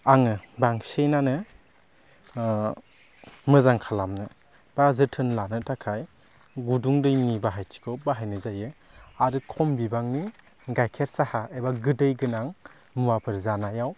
आङो बांसिनानो मोजां खालामनो बा जोथोन लानो थाखाय गुदुं दैनि बाहायथिखौ बाहायनाय जायो आरो खम' बिबांनि गाइखेर साहा एबा गोदै गोनां मुवाफोर जानायाव